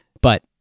But-